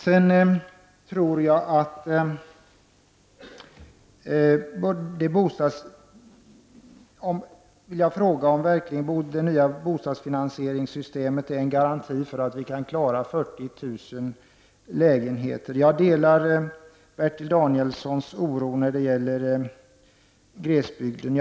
Är det nya bostadsfinansieringssystemet verkligen en garanti för att vi skall kunna klara 40 000 lägenheter? Jag delar Bertil Danielssons oro när det gäller glesbygden.